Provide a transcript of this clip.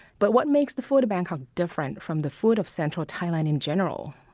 but, what makes the food of bangkok different from the food of central thailand in general,